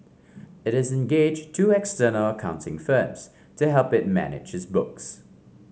it is engaged two external accounting firms to help it manage its books